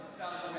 אין שר במליאה.